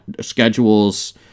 schedules